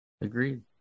Agreed